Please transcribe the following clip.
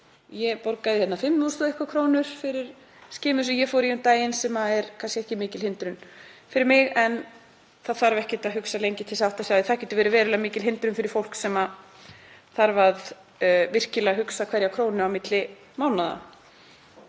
Ég borgaði um 5.000 kr. fyrir skimun sem ég fór í um daginn sem er kannski ekki mikil hindrun fyrir mig en það þarf ekkert að hugsa lengi til að átta sig á að það getur verið verulega mikil hindrun fyrir fólk sem þarf að virkilega að velta hverri krónu fyrir sér á milli mánaða.